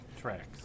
tracks